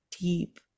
deep